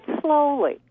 slowly